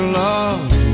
love